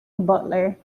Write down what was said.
butler